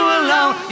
alone